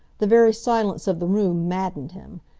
the very silence of the room maddened him,